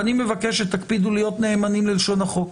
ואני מבקש שתקפידו להיות נאמנים ללשון החוק.